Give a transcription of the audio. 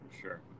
sure